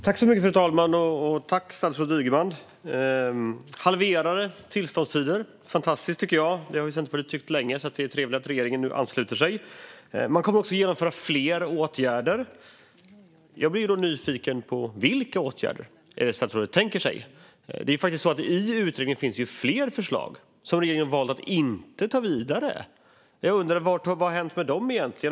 Fru talman! Halverade tillståndstider vore fantastiskt, tycker jag. Det har Centerpartiet tyckt länge, så det är trevligt att regeringen nu ansluter sig. Man kommer också att genomföra fler åtgärder. Jag blir då nyfiken på vilka åtgärder statsrådet tänker sig. I utredningen finns ju flera förslag som regeringen valt att inte ta vidare. Vad har hänt med dem egentligen?